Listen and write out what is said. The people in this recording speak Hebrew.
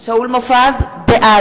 (קוראת בשמות חברי הכנסת) שאול מופז, בעד